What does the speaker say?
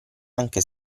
anche